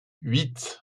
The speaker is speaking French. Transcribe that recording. huit